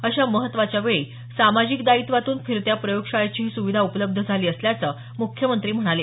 अशा महत्वाच्या वेळी सामाजिक दायित्वातून फिरत्या प्रयोग शाळेची ही सुविधा उपलब्ध झाली असल्याचं मुख्यमंत्री म्हणाले